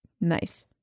Nice